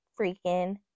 freaking